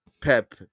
Pep